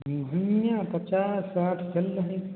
धनिया पचास साठ चल रही है